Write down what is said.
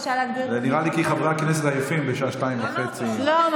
נראה לי כי חברי הכנסת עייפים בשעה 02:30. לא,